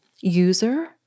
user